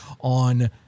on